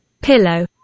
Pillow